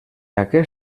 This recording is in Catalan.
aquest